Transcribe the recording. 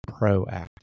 proactive